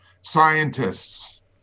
scientists